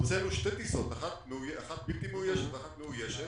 הוצאנו שתי טיסות, אחת מאוישת ואחת בלתי מאוישת,